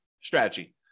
strategy